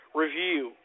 review